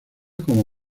como